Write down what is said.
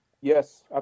Yes